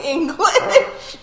English